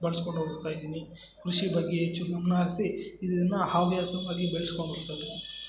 ಬಳಸ್ಕೊಂಡ್ ಹೋಗ್ತ ಇದೀನಿ ಕೃಷಿ ಬಗ್ಗೆ ಹೆಚ್ಚು ಗಮನ ಹರಿಸಿ ಇದನ್ನು ಹವ್ಯಾಸವಾಗಿ ಬೆಳೆಸ್ಕೊಂಬರ್ತ ಇದೀನಿ